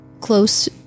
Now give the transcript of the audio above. close